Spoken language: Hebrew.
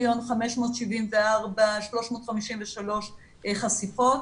ל-5,574,353 חשיפות,